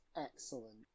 excellent